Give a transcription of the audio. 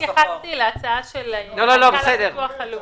אני התייחסתי להצעה של מנכ"ל הביטוח הלאומי.